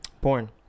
porn